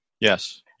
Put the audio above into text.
Yes